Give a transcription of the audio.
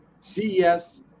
ces